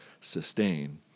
sustain